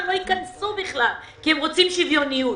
שהם לא ייכנסו בכלל כי הם רוצים שוויוניות.